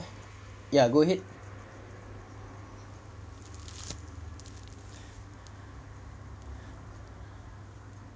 ya go ahead